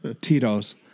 Tito's